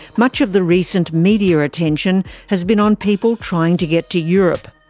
much of the recent media attention has been on people trying to get to europe.